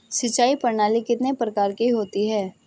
सिंचाई प्रणाली कितने प्रकार की होती हैं?